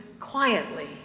quietly